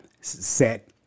set